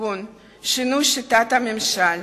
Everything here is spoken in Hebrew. כגון שינוי שיטת הממשל,